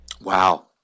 Wow